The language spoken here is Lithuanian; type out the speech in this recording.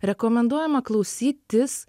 rekomenduojama klausytis